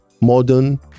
modern